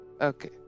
Okay